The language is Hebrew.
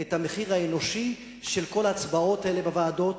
את המחיר האנושי של כל ההצבעות האלה בוועדות,